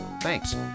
Thanks